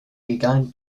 begun